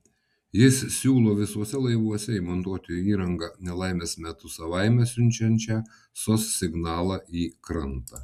jis siūlo visuose laivuose įmontuoti įrangą nelaimės metu savaime siunčiančią sos signalą į krantą